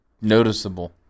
noticeable